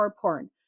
porn